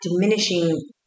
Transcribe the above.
diminishing